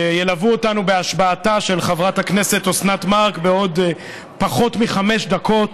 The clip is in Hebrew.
שילוו אותנו בהשבעתה של חברת הכנסת אוסנת מארק בעוד פחות מחמש דקות,